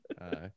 right